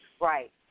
Right